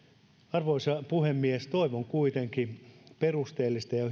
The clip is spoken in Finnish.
arvoisa puhemies toivon kuitenkin perusteellista ja ja